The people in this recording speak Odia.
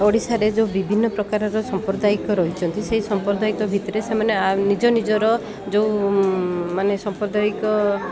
ଓଡ଼ିଶାରେ ଯେଉଁ ବିଭିନ୍ନ ପ୍ରକାରର ସାମ୍ପ୍ରଦାୟିକ ରହନ୍ତି ସେଇ ସାମ୍ପ୍ରଦାୟିକ ଭିତରେ ସେମାନେ ନିଜ ନିଜର ଯେଉଁମାନେ ସାମ୍ପ୍ରଦାୟିକ